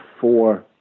four